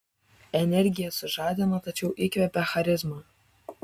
energija sužadina tačiau įkvepia charizma